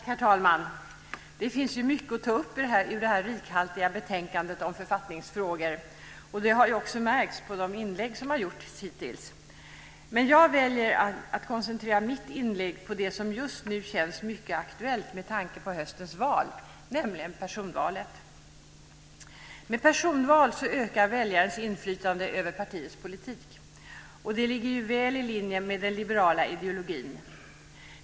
Herr talman! Det finns mycket att ta upp i det här rikhaltiga betänkandet om författningsfrågor. Det har också märkts på de inlägg som har gjorts hittills. Jag väljer att koncentrera mitt inlägg på något som just nu känns mycket aktuellt med tanke på höstens val, nämligen personvalet. Med personval ökar väljarnas inflytande över partiets politik. Det ligger väl i linje med den liberala ideologin.